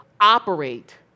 operate